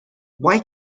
why